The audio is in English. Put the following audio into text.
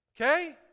Okay